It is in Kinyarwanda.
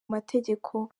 mategeko